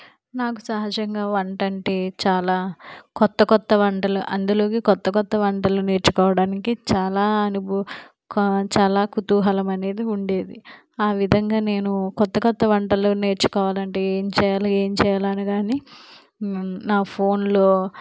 నాకు సహజంగా వంట అంటే చాలా కొత్త కొత్త వంటలు అందులోకి కొత్త కొత్త వంటలను నేర్చుకోవడానికి చాలా అనుభూ క చాలా కుతూహలం అనేది ఉండేది ఆ విధంగా నేను కొత్త కొత్త వంటలు నేర్చుకోవాలంటే ఏం చేయాలి ఏం చేయాలి అనేదాన్ని నా ఫోన్లో